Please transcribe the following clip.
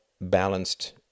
balanced